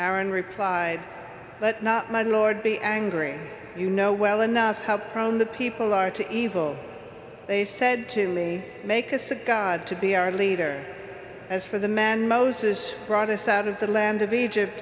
aaron replied but now my lord be angry you know well enough how from the people are to evil they said to me make a cigar to be our leader as for the men moses brought us out of the land of egypt